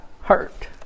hurt